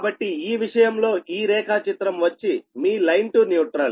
కాబట్టి ఈ విషయంలో ఈ రేఖాచిత్రం వచ్చి మీ లైన్ టు న్యూట్రల్